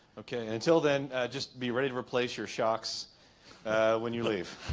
okay and until then just be ready to replace your shocks when you leave